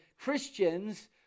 Christians